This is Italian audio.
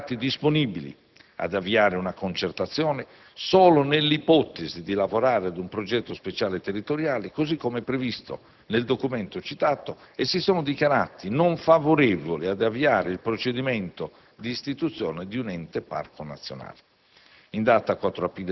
Si sono dichiarati disponibili ad avviare una concertazione solo nell'ipotesi di lavorare ad un progetto speciale territoriale, così come previsto nel documento citato, e si sono dichiarati non favorevoli ad avviare il procedimento di istituzione di un ente Parco nazionale.